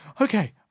Okay